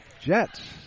Jets